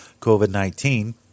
COVID-19